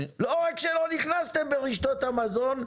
לא רק שלא נכנסתם ברשתות המזון,